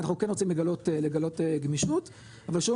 אנחנו כן רוצים לגלות גמישות אבל שוב